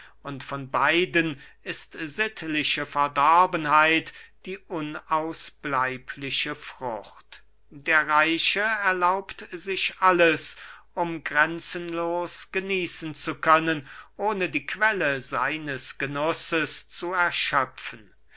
von beiden ist sittliche verdorbenheit die unausbleibliche frucht der reiche erlaubt sich alles um grenzenlos genießen zu können ohne die quelle seines genusses zu erschöpfen